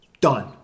Done